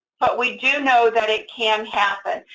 but we do know that it can happen.